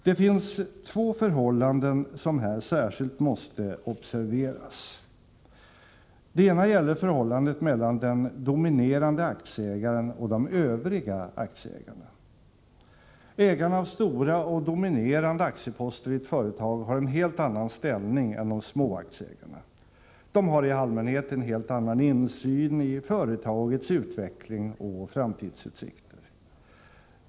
Det finns två förhållanden som här särskilt måste observeras. Det ena gäller förhållandet mellan den dominerande aktieägaren och de övriga aktieägarna. Ägarna av stora och dominerande aktieposter i ett företag har en helt annan ställning än de små aktieägarna. De har i allmänhet en helt annan insyn i företagets utveckling och framtidsutsikter.